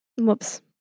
Whoops